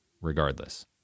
regardless